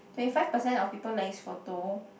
twenty five percent of people like his photo